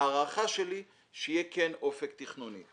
ההערכה שלי היא שכן יהיה אופק תכנוני.